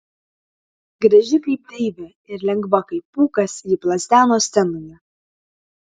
graži kaip deivė ir lengva kaip pūkas ji plazdeno scenoje